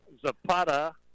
Zapata